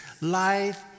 life